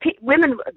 women